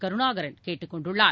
கருணாகரன் கேட்டுக் கொண்டுள்ளார்